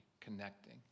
connecting